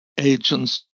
Agents